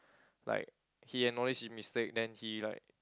like he acknowledged his mistake then he like